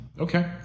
Okay